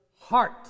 heart